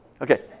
Okay